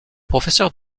professeur